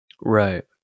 Right